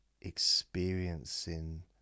experiencing